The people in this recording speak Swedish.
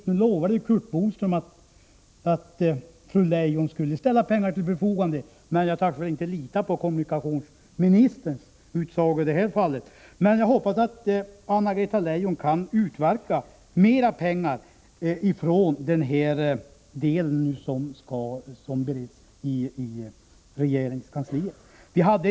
Nu lovade visserligen Curt Boström att fru Leijon skulle ställa pengar till förfogande, men jag vågar väl inte lita på kommunikationsministerns utsaga i det fallet. Jag hoppas ändå att Anna Greta Leijon från sin del av regeringsområdet skall kunna utverka mera pengar för detta ändamål.